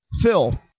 Phil